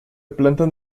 plantan